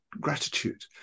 gratitude